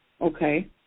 Okay